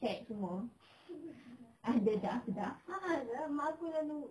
check semua ada dah sudah